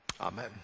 Amen